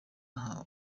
aha